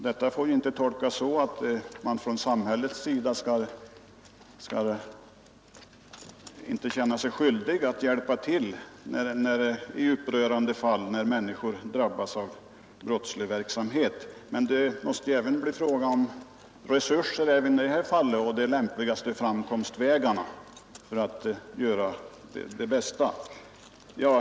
Detta får inte tolkas så att man från samhällets sida inte skall känna sig skyldig att hjälpa i upprörande fall, när människor drabbas av brottslig verksamhet. Men det måste bli en fråga om resurser även i dessa fall och om de lämpligaste framkomstvägarna.